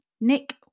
Nick